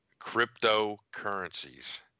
cryptocurrencies